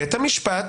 בית המשפט,